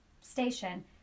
station